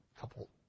couple